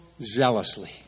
zealously